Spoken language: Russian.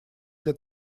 лет